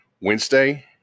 Wednesday